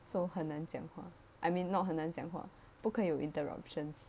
so 很难讲话 I mean not 很难讲不可以有 interruptions